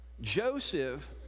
Joseph